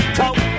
talk